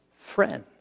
friends